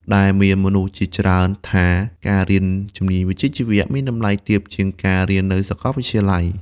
ដែលមានមនុស្សជាច្រើនថាការរៀនជំនាញវិជ្ជាជីវៈមានតម្លៃទាបជាងការរៀននៅសាកលវិទ្យាល័យ។